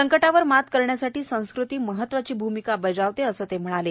संकटावर मात करण्यासाठी संस्कृती महत्वाची भूमिका बजावते असं ते म्हणाले